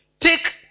take